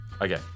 Okay